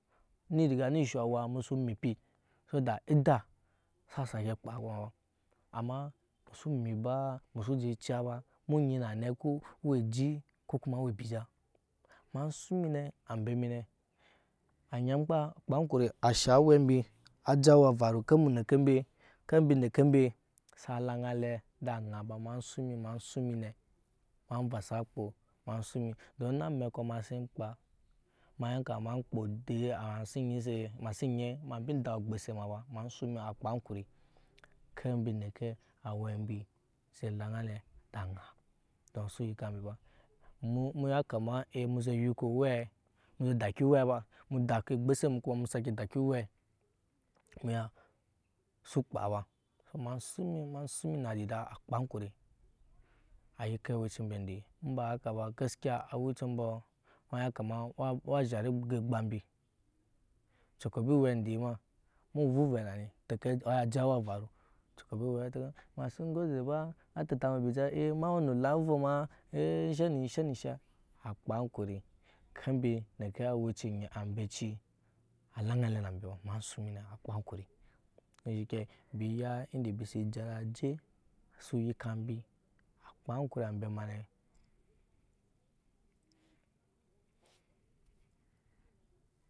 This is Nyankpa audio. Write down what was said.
Niriga ni sho awa musu mipi so that eda sa sake kuma amma musu mipi ba musu je ciya ba mu nji na ne ko owe eji ko owe ebija anyan kpa a shaŋ awɛ mbi a je awa evaru ker mbi neke mbe alaŋa eda aŋa ema suŋ ma suŋ mi ne ema suŋ dori eme amɛ ku ema si kpaa ema ya kama kpaa masi nyi ema min daa ogbose ma ba ema suŋ mbi akpaa akuri ker mbi neke awɛ embi a ze laŋa ale eda aŋa osu yike mbi a emu yakama muje yike owɛ muje daki owɛ ba mu saki ogbose mu mu kuma daki owe muya su kpaa ba so ama suŋ mi ma suŋ mi na adida akpaa ankuri a yike owɛci mbe ende emba haka ba gaskiya awɛci mbɔɔ ema ya kama awa zhat egb egban embi ocɔkɔbi owɛ ende ma mu vuve nani teke aa je awa evaru a tetamu ebirija ende vɛɛ ema sin go eze ba ema we nu elaŋ avu ema ee eshe neenshe ne enshe a kpaa ankuri ker mbi neke awɛ aci ambe aci alaŋa alɛ ema suŋ mine ko dashike embi ya ende bisi jara su yike embi.